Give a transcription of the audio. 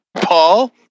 Paul